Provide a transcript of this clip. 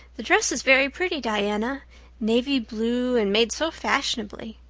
the dress is very pretty, diana navy blue and made so fashionably.